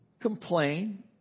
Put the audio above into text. complain